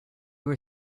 were